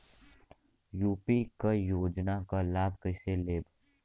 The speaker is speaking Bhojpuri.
यू.पी क योजना क लाभ कइसे लेब?